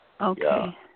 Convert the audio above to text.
Okay